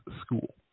school